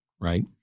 right